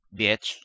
bitch